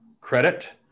credit